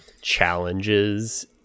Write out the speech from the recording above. challenges